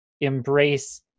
embrace